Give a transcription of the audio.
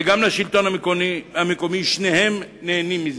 וגם לשלטון המקומי, שניהם נהנים מכך.